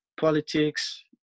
politics